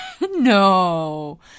no